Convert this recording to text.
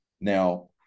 Now